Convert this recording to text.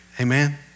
Amen